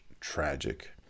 tragic